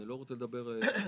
אני לא רוצה לדבר מיקום,